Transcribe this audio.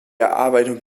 erarbeitung